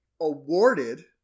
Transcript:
awarded